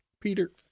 Peter